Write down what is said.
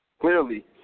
clearly